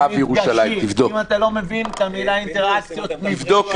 אם אתה לא מבין את המילה אינטראקציות מפגשים.